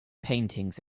paintings